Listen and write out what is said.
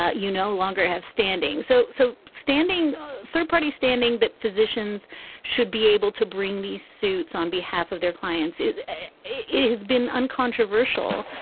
ah you no longer have standing, so. so standing third party standing that physicians should be able to bring these suits on behalf of their clients it has been uncontroversial.